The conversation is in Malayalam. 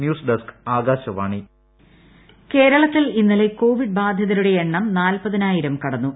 news desk Akashvani Covid Keralam കേരളത്തിൽ ഇന്നലെ കോവിഡ് ബാധിതരുടെ എണ്ണം നാൽപതിനായിരം കടന്നു